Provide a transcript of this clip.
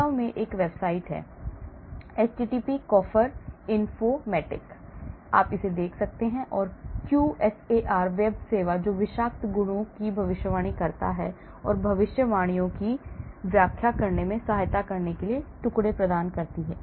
वास्तव में एक वेबसाइट है http coffer Informatik आप इसे देखते हैं QSAR वेब सेवा जो विषाक्तता गुणों की भविष्यवाणी करती है और भविष्यवाणियों की व्याख्या करने में सहायता के लिए टुकड़े प्रदान करती है